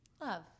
Love